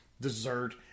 dessert